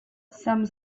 some